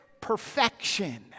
perfection